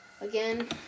again